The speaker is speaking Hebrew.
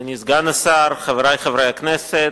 אדוני סגן השר, חברי חברי הכנסת,